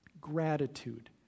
gratitude